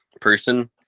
person